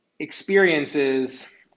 experiences